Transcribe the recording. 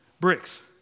Bricks